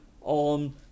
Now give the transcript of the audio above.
on